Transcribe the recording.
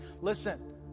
listen